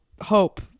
hope